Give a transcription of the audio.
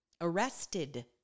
arrested